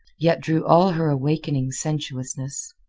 yet drew all her awakening sensuousness.